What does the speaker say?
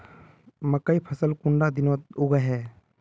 मकई फसल कुंडा दिनोत उगैहे?